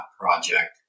project